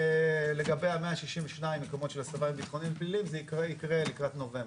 לגבי 162 המקומות של הסבה מביטחוניים לפליליים זה יקרה לקראת נובמבר,